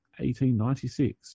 1896